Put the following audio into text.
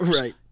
Right